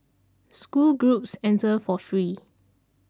school groups enter for free